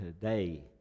today